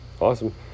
Awesome